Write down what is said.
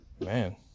Man